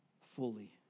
fully